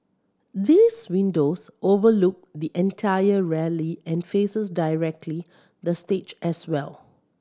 these windows overlook the entire rally and faces directly the stage as well